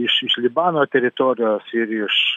iš iš libano teritorijos ir iš